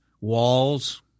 walls